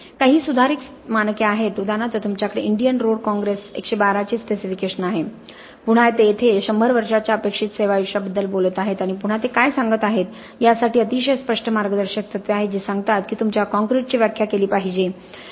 काही सुधारित मानके आहेत उदाहरणार्थ तुमच्याकडे इंडियन रोड काँग्रेस 112 चे स्पेसिफिकेशन आहे पुन्हा ते येथे 100 वर्षांच्या अपेक्षित सेवा आयुष्याबद्दल बोलत आहेत आणि पुन्हा ते काय सांगत आहेत यासाठी अतिशय स्पष्ट मार्गदर्शक तत्त्वे आहेत जी सांगतात की तुमच्या कॉंक्रिटची व्याख्या केली पाहिजे